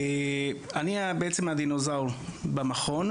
אני בעצם הדינוזאור במכון.